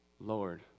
Lord